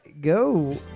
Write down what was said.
go